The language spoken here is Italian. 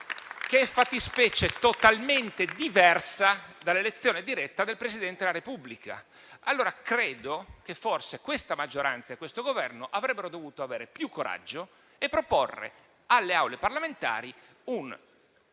che è fattispecie totalmente diversa dall'elezione diretta del Presidente della Repubblica. Credo allora che forse questa maggioranza e questo Governo avrebbero dovuto avere più coraggio e proporre alle Assemblee parlamentari una